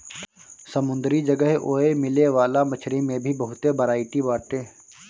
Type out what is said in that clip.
समुंदरी जगह ओए मिले वाला मछरी में भी बहुते बरायटी बाटे